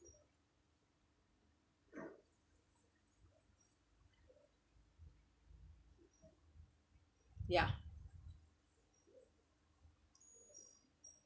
yeah